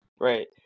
Right